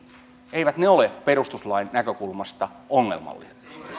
eivät ne ole perustuslain näkökulmasta ongelmallisia